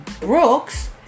brooks